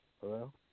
Hello